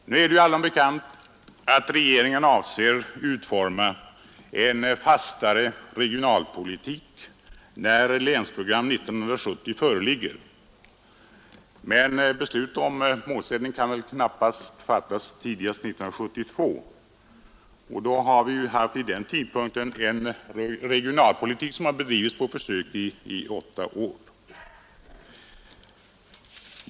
Nu är det ju allom bekant att regeringen avser att utforma en fastare regionalpolitik när Länsprogram 1970 föreligger, men beslut om målsättning kan väl knappast fattas förrän tidigast 1972, och vid den tidpunkten har regionalpolitiken bedrivits på försök i åtta år.